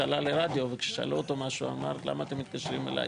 שעלה לרדיו וכששאלו אותו משהו הוא אמר למה אתם מתקשרים אליי,